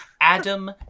adam